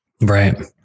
Right